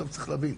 צריך להבין,